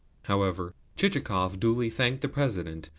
however, chichikov duly thanked the president,